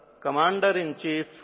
commander-in-chief